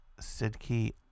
Sidki